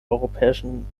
europäischen